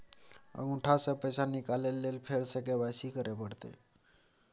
अंगूठा स पैसा निकाले लेल फेर स के.वाई.सी करै परतै?